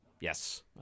yes